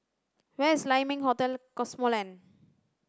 where is Lai Ming Hotel Cosmoland